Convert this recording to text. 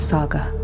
Saga